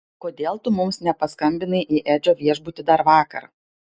kodėl tu mums nepaskambinai į edžio viešbutį dar vakar